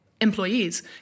employees